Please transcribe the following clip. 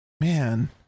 Man